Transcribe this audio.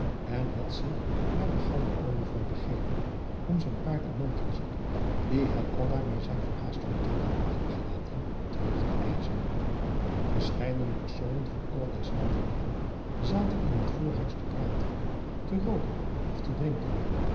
en had zich naar den gouden ojevaar begeven om zijn paard en mantelzak die hij aldaar bij zijn verhaast vertrek had achtergelaten terug te eisschen verscheidene personen van allerlei stand en rang zaten in het voorhuis te praten te rooken of te drinken